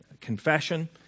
confession